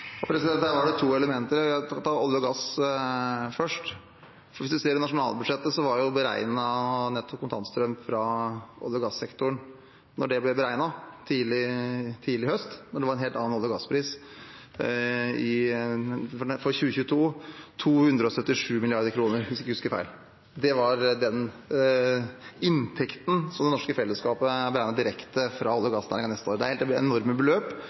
var to elementer her. Jeg kan ta olje og gass først. Hvis man ser i nasjonalbudsjettet, var det for 2022 beregnet en kontantstrøm fra olje- og gassektoren – da det ble beregnet tidligere i høst, var det en helt annen olje- og gasspris – på 277 mrd. kr, hvis jeg ikke husker feil. Det var inntekten som det norske fellesskapet var beregnet å få direkte fra olje- og gassnæringen neste år. Det er helt enorme beløp.